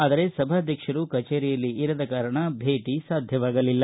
ಆದರೆ ಸಭಾಧ್ಯಕ್ಷರು ಕಚೇರಿಯಲ್ಲಿ ಇರದ ಕಾರಣ ಭೇಟ ಸಾಧ್ಯವಾಗಲಿಲ್ಲ